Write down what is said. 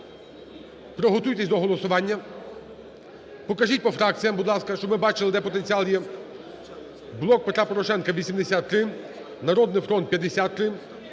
приготуйтесь до голосування. Покажіть по фракціям, будь ласка, щоб ми бачили, де потенціал є. "Блок Петра Порошенка" – 83, "Народний фронт" – 53,